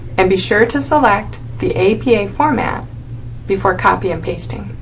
and be sure to select the apa format before copy and pasting.